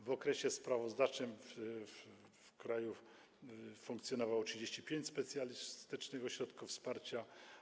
W okresie sprawozdawczym w kraju funkcjonowało 35 specjalistycznych ośrodków wsparcia.